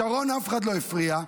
לשרון אף אחד לא הפריע.